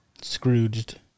Scrooged